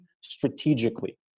strategically